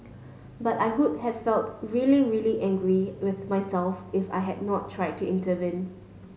but I would have felt really really angry with myself if I had not tried to intervene